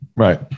Right